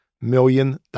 million